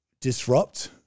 disrupt